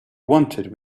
wanted